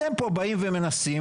אתם פה באים ומנסים,